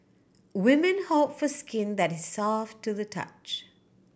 women hope for skin that is soft to the touch